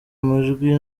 amajwi